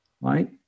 Right